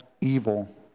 evil